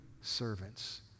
servants